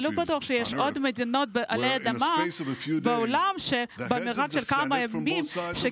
אני לא בטוח שיש עוד מדינות בעולם שבהפרש של כמה ימים קיבלו